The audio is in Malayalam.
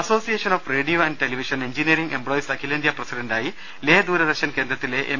association of radio and television engineering employees അഖിലേന്ത്യാ പ്രസിഡന്റായി ലേ ദൂരദർശൻ കേന്ദ്രത്തിലെ എം